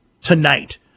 tonight